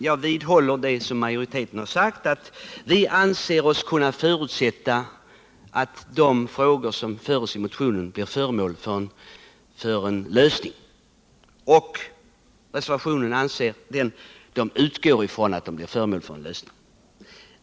Jag vidhåller det som majoriteten har sagt, att vi anser oss kunna förutsätta att det problem som behandlas i motionen kommer att lösas. Reservanterna utgår från att det kommer att lösas.